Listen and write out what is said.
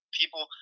people